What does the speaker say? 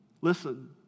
Listen